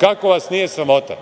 kako vas nije sramota?